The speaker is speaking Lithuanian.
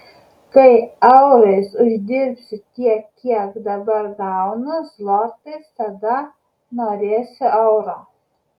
kai eurais uždirbsiu tiek kiek dabar gaunu zlotais tada norėsiu euro